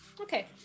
okay